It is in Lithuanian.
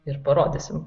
ir parodysim